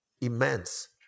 immense